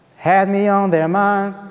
had me on their mind,